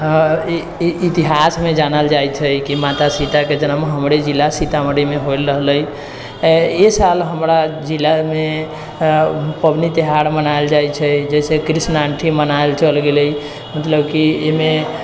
इतिहास मे जानल जाइ छै की माता सीता के जनम हमरे जिला सीतामढ़ी मे होल रहले एहि साल हमरा जिला मे पबनी त्यौहार मनायल जाइ छै जैसे कृष्णाष्टमी मनायल चल गेलै मतलब की एहिमे